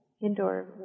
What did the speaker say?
Indoor